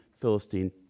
Philistine